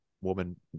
woman